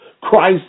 Christ